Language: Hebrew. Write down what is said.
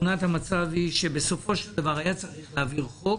תמונת המצב היא שבסופו של דבר היה צריך להעביר חוק